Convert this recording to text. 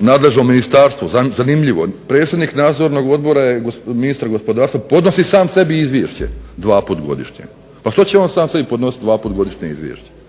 nadležno ministarstvo, zanimljivo. Predsjednik nadzornog odbora ministar gospodarstva podnosi sam sebi izvješće dva puta godišnje. Pa što će on sam sebi podnositi dva puta godišnje izvješće?